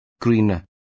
greener